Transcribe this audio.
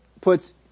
puts